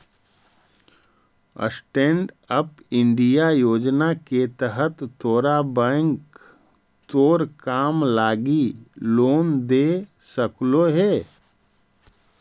stand up India योजना के तहत तोरा बैंक तोर काम लागी लोन दे सकलो हे